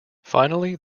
finally